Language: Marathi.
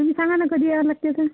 तुम्ही सांगा ना कधी येणार नक्की तर